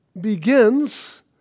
begins